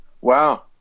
wow